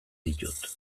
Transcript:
ditut